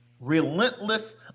relentless